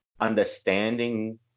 understanding